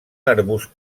arbust